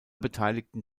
beteiligten